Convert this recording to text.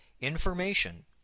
information